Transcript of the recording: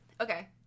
Okay